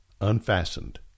unfastened